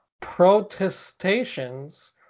protestations